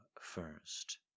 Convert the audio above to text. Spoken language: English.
first